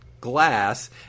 glass